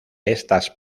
estas